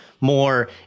more